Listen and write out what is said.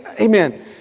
amen